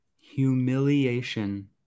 Humiliation